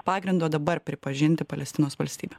pagrindo dabar pripažinti palestinos valstybę